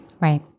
Right